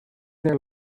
their